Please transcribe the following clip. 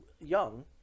Young